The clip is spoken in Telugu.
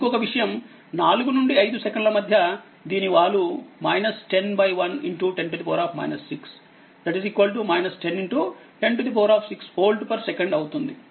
ఇంకొక విషయం 4 నుండి 5 సెకన్ల మధ్య దీని వాలు 101 10 6 10 106 వోల్ట్ సెకండ్ అవుతుంది